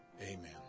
amen